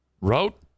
wrote